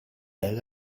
belle